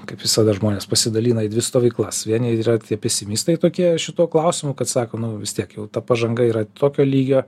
kaip visada žmonės pasidalina į dvi stovyklas vieni yra pesimistai tokie šituo klausimu kad sako nu vis tiek ta pažanga yra tokio lygio